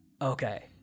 okay